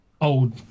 Old